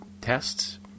tests